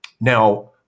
Now